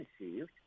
received